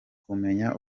kumenya